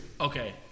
Okay